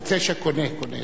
ערוץ-9 קונה.